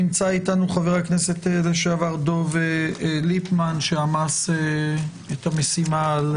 נמצא איתנו חבר הכנסת לשעבר דב ליפמן שעמס את המשימה על